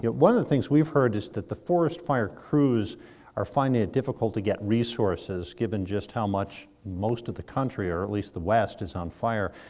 one of the things we've heard is that the forest fire crews are finding it difficult to get resources given just how much most of the country, or at least the west, is on fire.